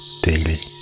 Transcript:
daily